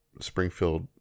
Springfield